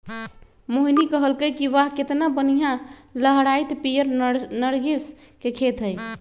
मोहिनी कहलकई कि वाह केतना बनिहा लहराईत पीयर नर्गिस के खेत हई